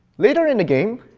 later in the game,